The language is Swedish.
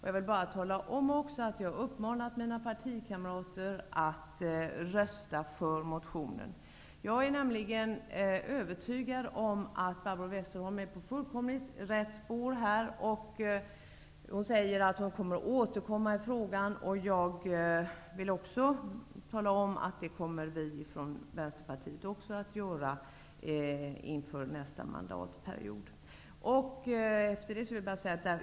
Jag vill också tala om att jag har uppmanat mina partikamrater att rösta för motionen. Jag är nämligen övertygad om att Barbro Westerholm är på fullkomligt rätt spår. Hon säger att hon kommer att återkomma i frågan. Jag vill också tala om, att det kommer även vi i Vänsterpartiet att göra inför nästa mantatperiod.